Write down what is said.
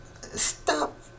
stop